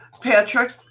Patrick